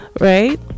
right